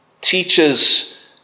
teaches